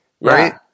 right